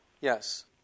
Yes